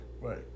Right